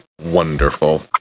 Wonderful